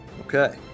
Okay